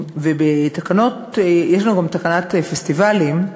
בתקנות יש לנו גם תקנת פסטיבלים,